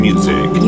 Music